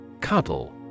Cuddle